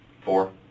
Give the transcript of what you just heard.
Four